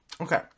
okay